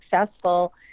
successful